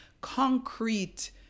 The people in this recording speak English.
concrete